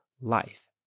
life